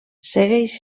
segueix